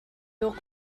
tuk